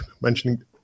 mentioning